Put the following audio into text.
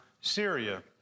syria